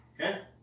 Okay